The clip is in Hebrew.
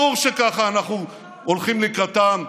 ברור שככה אנחנו הולכים לקראתם,